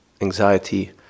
anxiety